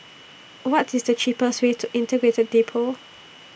What IS The cheapest Way to Integrated Depot